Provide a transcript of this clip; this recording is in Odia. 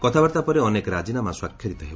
କଥାବାର୍ତ୍ତା ପରେ ଅନେକ ରାଜିନାମା ସ୍ୱାକ୍ଷରିତ ହେବ